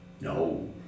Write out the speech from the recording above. No